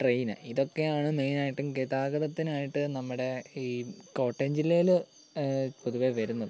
train ഇതൊക്കെയാണ് മെയിനായിട്ടും ഗതാഗതത്തിനായിട്ട് നമ്മുടെ ഈ കോട്ടയം ജില്ലയിൽ പൊതുവെ വരുന്നത്